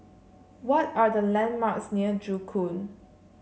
what are the landmarks near Joo Koon